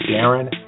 Darren